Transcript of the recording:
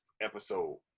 episode